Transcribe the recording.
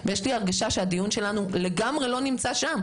שהצגתי ויש לי הרגשה שהדיון לא נמצא שם,